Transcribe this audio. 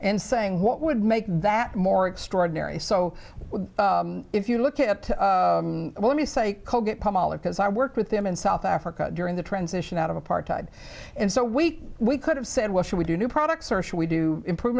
and saying what would make that more extraordinary so if you look at let me say colgate palmolive because i worked with him in south africa during the transition out of apartheid and so we we could have said well should we do new products or should we do improve